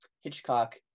Hitchcock